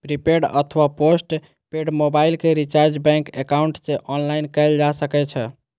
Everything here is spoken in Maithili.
प्रीपेड अथवा पोस्ट पेड मोबाइल के रिचार्ज बैंक एकाउंट सं ऑनलाइन कैल जा सकै छै